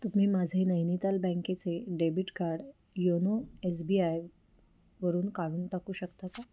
तुम्ही माझे नैनिताल बँकेचे debit card YONO S B I वरून काढून टाकू शकता का